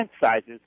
sizes